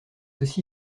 aussi